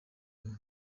ubu